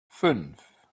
fünf